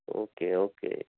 okay okay